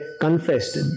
confessed